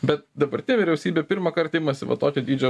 bet dabartinė vyriausybė pirmąkart imasi va tokio dydžio